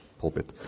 pulpit